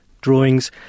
drawings